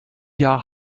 jahr